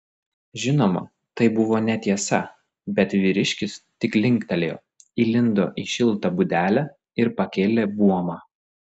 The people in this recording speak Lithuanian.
žinoma tai buvo netiesa bet vyriškis tik linktelėjo įlindo į šiltą būdelę ir pakėlė buomą